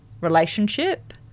relationship